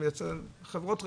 חברות רכבים,